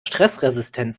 stressresistent